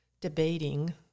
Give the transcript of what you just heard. debating